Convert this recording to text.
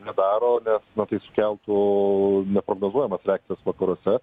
nedaro nes na tai sukeltų neprognozuojamas reakcijas vakaruose